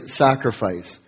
sacrifice